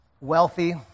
wealthy